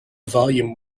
volume